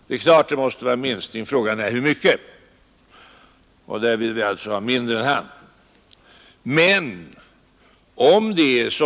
Det är klart att det måste bli en minskning. Frågan är hur stor. Där vill vi alltså ha en mindre minskning än försvarsministern vill ha.